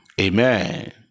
Amen